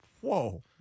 whoa